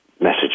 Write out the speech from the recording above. message